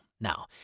Now